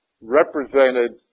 represented